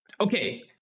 okay